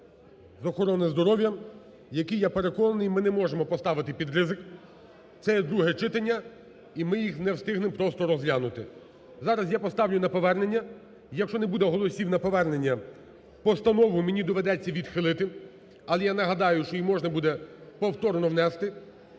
з охорони здоров'я, які, я переконаний, ми не можемо поставити ризик. Це є друге читання і ми їх не встигнемо просто розглянути. Зараз я поставлю на повернення, якщо не буде голосів на повернення, постанову мені доведеться відхилити. Але я нагадаю, що її можна буде повторно внести